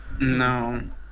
No